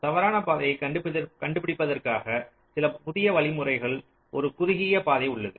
தவறான பாதையை கண்டுபிடிப்பதற்காக சில புதிய முறைகள் ஒரு குறுகிய பாதை உள்ளது